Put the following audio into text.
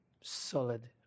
solid